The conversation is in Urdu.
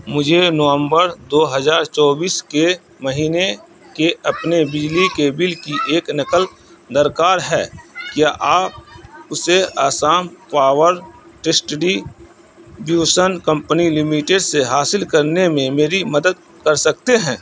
مجھے نومبر دو ہزار چوبیس کے مہینے کے اپنے بجلی کے بل کی ایک نقل درکار ہے کیا آپ اسے Assam power distribution company limited سے حاصل کرنے میں میری مدد کر سکتے ہیں